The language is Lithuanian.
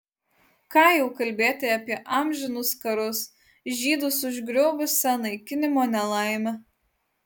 ką jau kalbėti apie amžinus karus žydus užgriuvusią naikinimo nelaimę